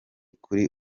kuri